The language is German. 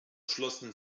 schlossen